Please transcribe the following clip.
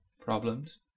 problems